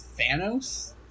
Thanos